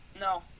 No